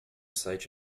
site